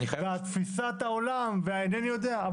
על תפיסת העולם ואינני יודע מה,